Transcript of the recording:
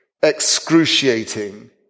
excruciating